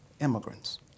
immigrants